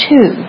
Two